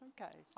Okay